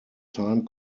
time